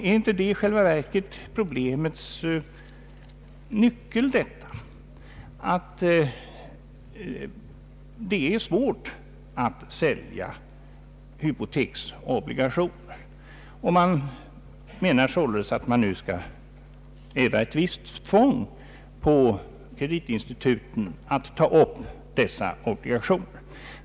Är inte detta i själva verket problemets nyckel, att det är svårt att sälja hypoteksobligationer? Man menar således att det skall övas ett visst tvång på kreditinstituten att ta upp dessa obligationer.